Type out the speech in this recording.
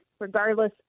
regardless